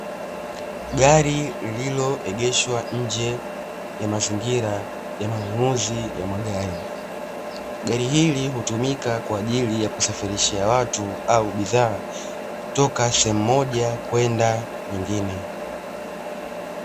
Gari lililoegeshwa nje ya mazingira ya manunuzi ya magari gari hili hutumika kwa ajili ya kusafirishia watu au bidhaa kutoka sehemu moja kwenda nyingine.